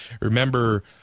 remember